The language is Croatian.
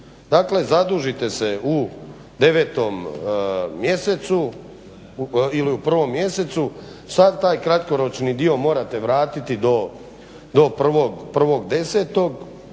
zadužite se u 9 mjesecu ili u 1 mjesecu. Sav taj kratkoročni dio morate vratiti do 1.10. Što